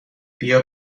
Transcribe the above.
بیا